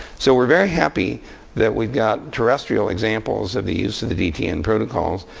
so we're very happy that we've got terrestrial examples of the use of the dtn protocols.